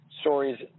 stories